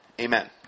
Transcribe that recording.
Amen